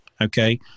okay